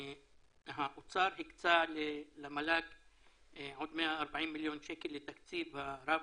האוצר הקצה למל"ג עוד 140 מיליון שקל לתקציב הרב